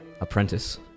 apprentice